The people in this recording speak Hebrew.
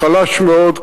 חלש מאוד,